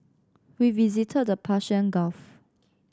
we visited the Persian Gulf